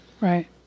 Right